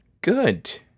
Good